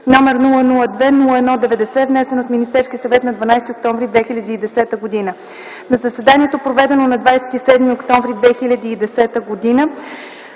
№ 002-01-90, внесен от Министерския съвет на 12 октомври 2010 г. „На заседанието, проведено на 27 октомври 2010 г.